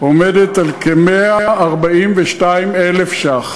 עומדת על כ-142,000 שקלים.